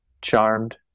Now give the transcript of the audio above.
Charmed